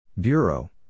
Bureau